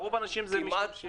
רוב האנשים משתמשים לפנאי.